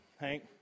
Hank